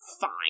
fine